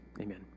Amen